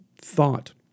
thought